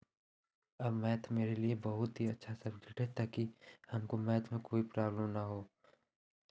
आ math मेरे लिए बहुत ही अच्छा सबज़ेक्ट है ताकि हमको मैथ में कोई प्रॉब्लम ना हो